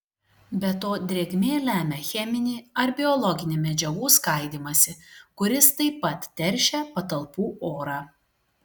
be to drėgmė lemia cheminį ar biologinį medžiagų skaidymąsi kuris taip pat teršia patalpų orą